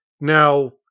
Now